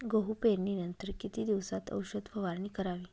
गहू पेरणीनंतर किती दिवसात औषध फवारणी करावी?